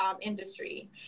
industry